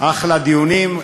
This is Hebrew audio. אחלה דיונים.